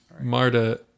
Marta